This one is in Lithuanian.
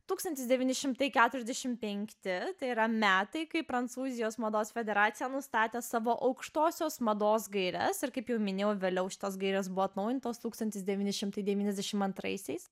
tūkstantis devyni šimtai keturiasdešim penkti tai yra metai kai prancūzijos mados federacija nustatė savo aukštosios mados gaires ir kaip jau minėjau vėliau šitos gairės buvo atnaujintos tūkstantis devyni šimtai devyniasdešim antraisiais